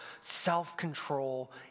self-control